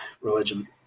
religion